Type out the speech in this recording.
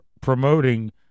promoting